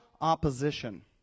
opposition